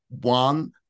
one